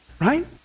Right